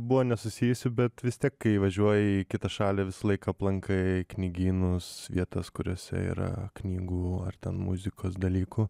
buvo nesusijusių bet vis tiek kai važiuoji į kitą šalį visąlaik aplankai knygynus vietas kuriose yra knygų ar ten muzikos dalykų